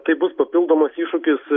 tai bus papildomas iššūkis